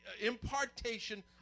impartation